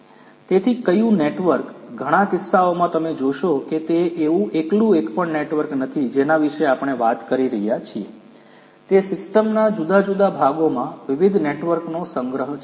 તેથી કયુ નેટવર્ક ઘણા કિસ્સાઓમાં તમે જોશો કે તે એવું એકલું એકપણ નેટવર્ક નથી જેના વિશે આપણે વાત કરી રહ્યા છીએ તે સિસ્ટમના જુદા જુદા ભાગોમાં વિવિધ નેટવર્કનો સંગ્રહ છે